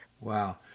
Wow